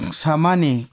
samani